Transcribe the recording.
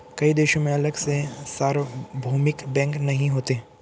कई देशों में अलग से सार्वभौमिक बैंक नहीं होते